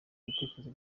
ibitekerezo